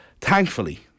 thankfully